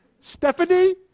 Stephanie